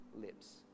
lips